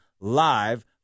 live